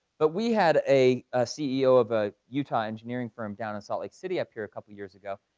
but we had a a ceo of a utah engineering firm down in salt lake city up here a couple of years ago,